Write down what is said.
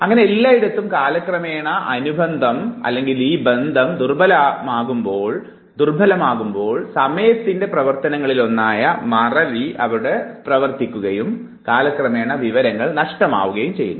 അങ്ങനെ എല്ലായിടത്തും കാലക്രമേണ അനുബന്ധം ദുർബലമാകുമ്പോൾ സമയത്തിൻറെ പ്രവർത്തനങ്ങളിലൊന്നായ മറവി അവിടെ പ്രാവർത്തികമാവുകയും കാലക്രമേണ ആ വിവരങ്ങൾ നഷ്ടപ്പെടുകയും ചെയ്യുന്നു